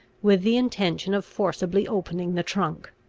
with the intention of forcibly opening the trunk.